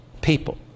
people